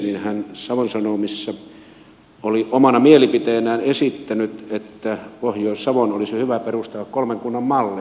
hän savon sanomissa oli omana mielipiteenään esittänyt että pohjois savon olisi jo hyvä perustaa kolmen kunnan malli